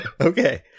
Okay